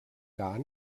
gar